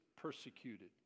persecuted